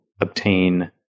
obtain